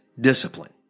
discipline